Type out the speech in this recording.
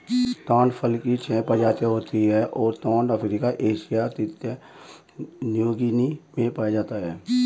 ताड़ फल की छह प्रजातियाँ होती हैं और ताड़ अफ्रीका एशिया तथा न्यूगीनी में पाया जाता है